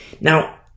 Now